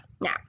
Now